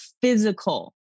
physical